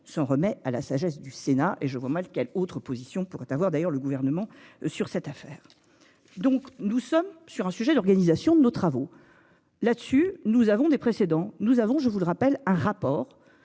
s'en remet à la sagesse du Sénat et je vois mal quel autre position pourrait avoir d'ailleurs le gouvernement sur cette affaire. Donc nous sommes sur un sujet d'organisation de nos travaux. Là-dessus. Nous avons des précédents. Nous avons, je vous le rappelle, un rapport